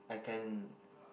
I can